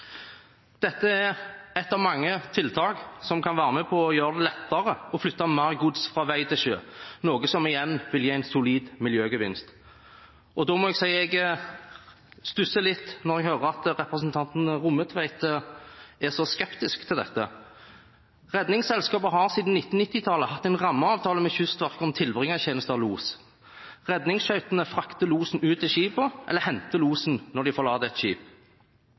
Dette er et av mange tiltak som kan være med på å gjøre det lettere å flytte mer gods fra vei til sjø, noe som igjen vil gi en solid miljøgevinst. Da må jeg si at jeg stusser litt når jeg hører at representanten Rommetveit er så skeptisk til dette. Redningsselskapet har siden 1990-tallet hatt en rammeavtale med Kystverket om tilbringertjeneste av los. Redningsskøytene frakter losen ut til skipet, eller henter losen når han forlater et skip.